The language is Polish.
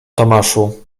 tomaszu